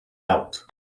out